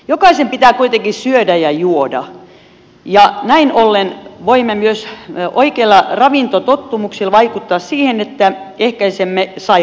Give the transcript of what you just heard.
jokaisen pitää kuitenkin syödä ja juoda ja näin ollen voimme myös oikeilla ravintotottumuksilla vaikuttaa siihen että ehkäisemme sai rauksia